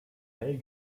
mel